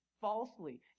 falsely